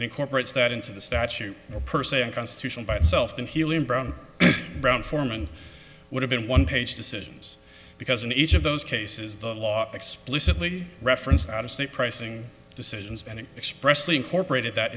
incorporates that into the statute or per se unconstitutional by itself then helium brown brown foreman would have been one page decisions because in each of those cases the law explicitly referenced out of state pricing decisions and it expressly incorporated that